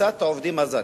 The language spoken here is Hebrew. כניסת העובדים הזרים,